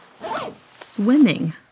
swimming